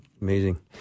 Amazing